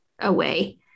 away